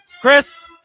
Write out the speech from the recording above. Chris